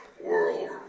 World